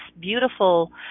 beautiful